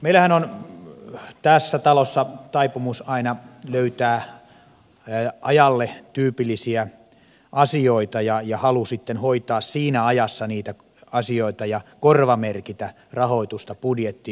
meillähän on tässä talossa taipumus aina löytää ajalle tyypillisiä asioita ja halu sitten hoitaa siinä ajassa niitä asioita ja korvamerkitä rahoitusta budjettiin